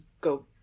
go